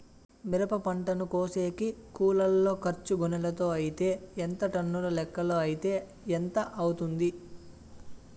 మిరప పంటను కోసేకి కూలోల్ల ఖర్చు గోనెలతో అయితే ఎంత టన్నుల లెక్కలో అయితే ఎంత అవుతుంది?